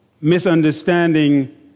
misunderstanding